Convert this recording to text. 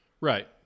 Right